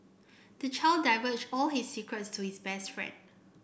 the child divulged all he secrets to his best friend